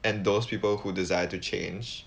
and those people who desire to change